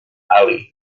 ali